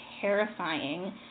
terrifying